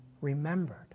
remembered